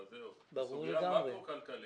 זאת סוגיה מקרו-כלכלית.